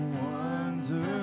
wonder